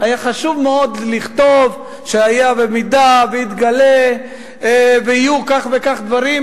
היה חשוב מאוד לכתוב שבמידה שיתגלה ויהיו כך וכך דברים,